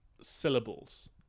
syllables